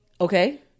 Okay